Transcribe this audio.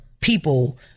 people